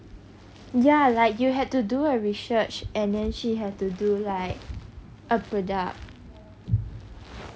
ya like you had to do a research and then she had to do like a product